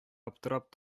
аптырап